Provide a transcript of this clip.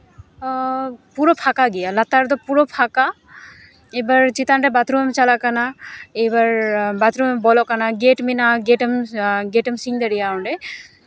ᱯᱩᱨᱟᱹ ᱯᱷᱟᱸᱠᱟ ᱜᱮᱭᱟ ᱞᱟᱛᱟᱨ ᱫᱚ ᱯᱩᱨᱟᱹ ᱯᱷᱟᱸᱠᱟ ᱮᱭᱵᱟᱨ ᱪᱮᱛᱟᱱ ᱨᱮ ᱵᱟᱛᱷᱨᱩᱢᱮᱢ ᱪᱟᱞᱟᱜ ᱠᱟᱱᱟ ᱮᱭᱵᱟᱨ ᱵᱟᱛᱷᱨᱩᱢ ᱨᱮᱢ ᱵᱚᱞᱚᱜ ᱠᱟᱱᱟ ᱜᱮᱹᱴ ᱢᱮᱱᱟᱜᱼᱟ ᱜᱮᱹᱴᱮᱢ ᱥᱤᱧ ᱫᱟᱲᱮᱭᱟᱜᱼᱟ ᱚᱸᱰᱮ